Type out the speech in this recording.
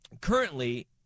Currently